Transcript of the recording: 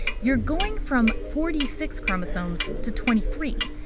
you're going from forty six chromosomes to twenty three.